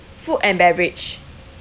food and beverage